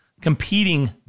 competing